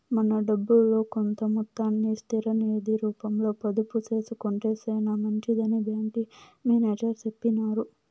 మన డబ్బుల్లో కొంత మొత్తాన్ని స్థిర నిది రూపంలో పొదుపు సేసుకొంటే సేనా మంచిదని బ్యాంకి మేనేజర్ సెప్పినారు